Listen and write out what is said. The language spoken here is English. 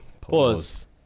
Pause